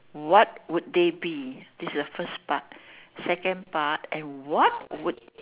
what would they be this is the first part second part and what would